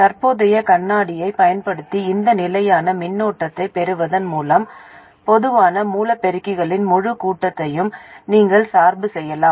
தற்போதைய கண்ணாடியைப் பயன்படுத்தி இந்த நிலையான மின்னோட்டத்தைப் பெறுவதன் மூலம் பொதுவான மூலப் பெருக்கிகளின் முழுக் கூட்டத்தையும் நீங்கள் சார்பு செய்யலாம்